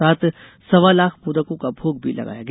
साथ सवां लाख मोदको का भोग भी लगाया गया